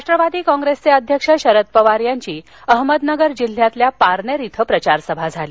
राष्ट्रवादी काँग्रेसचे अध्यक्ष शरद पवार यांची अहमदनगर जिल्ह्यातल्या पारनेर इथं प्रचारसभा झाली